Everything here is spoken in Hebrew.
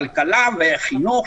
כלכלה וחינוך,